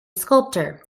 sculptor